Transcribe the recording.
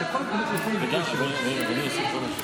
בדרך כלל נותנים שתיים-שלוש שאלות לשר.